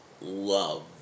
love